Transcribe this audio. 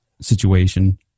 situation